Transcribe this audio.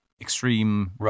extreme